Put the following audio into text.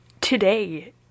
today